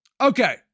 Okay